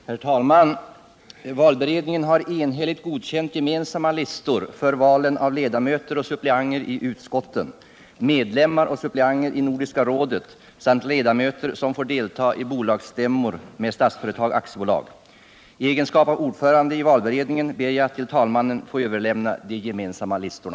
Herr talman! Valberedningen har enhälligt godkänt gemensamma listor för valen av ledamöter och suppleanter i utskotten, medlemmar och suppleanter i Nordiska rådet samt ledamöter som får delta i bolagsstämmor med Statsföretag AB. I egenskap av ordförande i valberedningen ber jag att till talmannen få överlämna de gemensamma listorna.